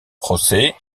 procès